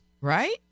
Right